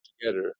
together